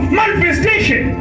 manifestation